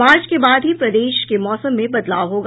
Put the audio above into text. मार्च के बाद ही प्रदेश के मौसम में बदलाव होगा